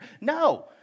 No